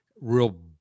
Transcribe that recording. real